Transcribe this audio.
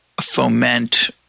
foment